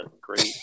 great